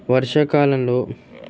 వర్షాకాలంలో